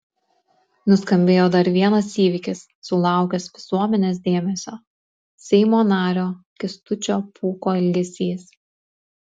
nuskambėjo dar vienas įvykis sulaukęs visuomenės dėmesio seimo nario kęstučio pūko elgesys